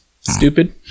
stupid